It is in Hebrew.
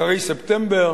אחרי ספטמבר